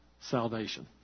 salvation